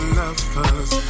lovers